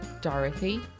Dorothy